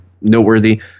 noteworthy